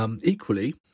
Equally